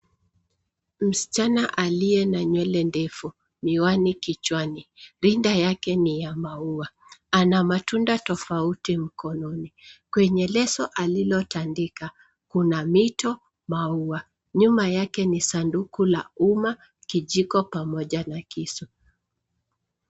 Msichana aliye na nywele ndefu, miwani kichwani. Rinda yake ni ya maua. Ana matunda tofauti mkononi. Kwenye leso alilotandika, kuna mito maua. Nyuma yake ni sanduku la uma, kijiko pamoja na kisu.